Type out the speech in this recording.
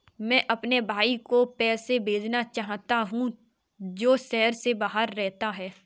मैं अपने भाई को पैसे भेजना चाहता हूँ जो शहर से बाहर रहता है